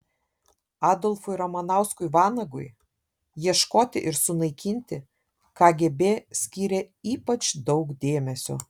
adolfui ramanauskui vanagui ieškoti ir sunaikinti kgb skyrė ypač daug dėmesio